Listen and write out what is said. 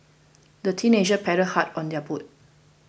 the teenagers paddled hard on their boat